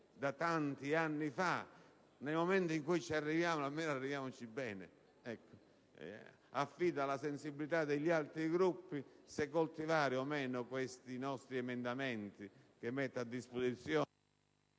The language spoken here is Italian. da tanti anni fa. Nel momento in cui ci arriviamo, arriviamoci bene. Affido alla sensibilità degli altri Gruppi se coltivare o meno questi nostri emendamenti, che metto a disposizione